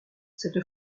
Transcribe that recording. cette